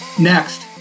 Next